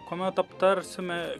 kuomet aptarsime